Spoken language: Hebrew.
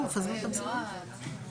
יש לנו הערה לסעיף (ד).